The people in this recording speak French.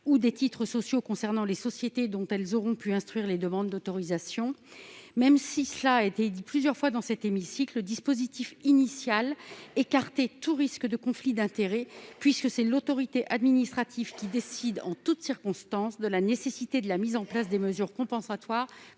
ou des titres sociaux concernant les sociétés dont elles auront pu instruire les demandes d'autorisation, même si, comme cela a été rappelé plusieurs fois dans cet hémicycle, le dispositif initial écartait tout risque de conflit d'intérêts : c'est l'autorité administrative qui décide, en toute circonstance, de la nécessité de mettre en place des mesures compensatoires